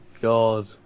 God